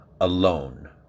alone